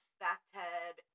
bathtub